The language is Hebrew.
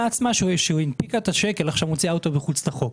עצמה כשהנפיקה את השקל עכשיו מוציאה אותו מחוץ לחוק.